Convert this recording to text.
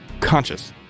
conscious